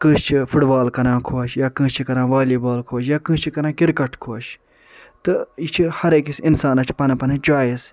کٲنسہِ چھِ football کران خۄش یا کٲنسہِ چھِ کران والی بال خۄش یا کٲنسہِ چھِ کران کرکٹ خۄش تہِ یہِ چھِ ہر اکِس انسانس چھِ پنٕنۍ پنٕنۍ چوایس